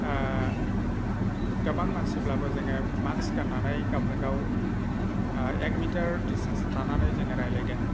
गोबां मानसिब्लाबो जोङो माक्स गाननानै गावजोंगाव एक मिटार डिसटेनस थानानै जोङो रायज्लायदों